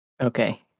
Okay